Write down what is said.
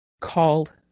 called